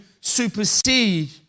supersede